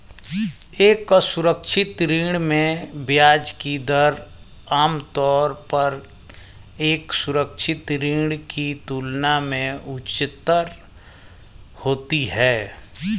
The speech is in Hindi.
एक असुरक्षित ऋण में ब्याज की दर आमतौर पर एक सुरक्षित ऋण की तुलना में उच्चतर होती है?